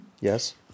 Yes